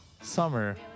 summer